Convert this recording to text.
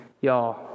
y'all